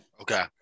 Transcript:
Okay